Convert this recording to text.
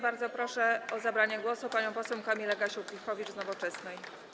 Bardzo proszę o zabranie głosu panią poseł Kamilę Gasiuk-Pihowicz z Nowoczesnej.